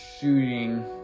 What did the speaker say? shooting